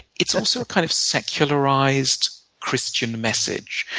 it's also a kind of secularized christian message,